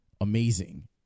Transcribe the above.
amazing